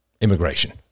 immigration